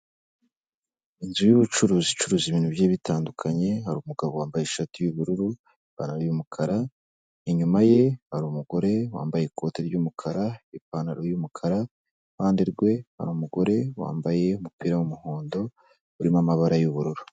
Inzu y'ubucuruzi icuruza ibintu bigiye bitandukanye hari umugabo wambaye ishati y'ubururu ipantaro y'umukara inyuma ye hari umugore wambaye ikoti ry'umukara ipantaro y'umukara iruhande rwe hari umugore wambaye umupira w'umuhondo urimo amabara y'ubururu.